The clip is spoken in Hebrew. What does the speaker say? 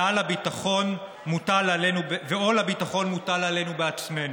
ועול הביטחון מוטל עלינו בעצמנו,